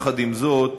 יחד עם זאת,